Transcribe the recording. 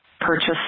purchase